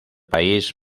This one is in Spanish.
país